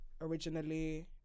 originally